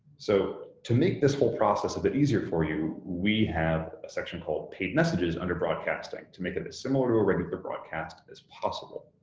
so, to make this whole process a bit easier for you, we have a section called paid messages under broadcasting to make it as similar to a regular broadcast as possible.